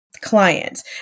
clients